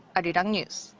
arirang news.